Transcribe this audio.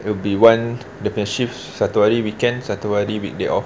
it'll be one the main shifts satu hari weekend satu hari weekday off